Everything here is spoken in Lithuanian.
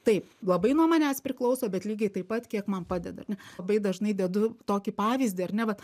taip labai nuo manęs priklauso bet lygiai taip pat kiek man padeda labai dažnai dedu tokį pavyzdį ar ne vat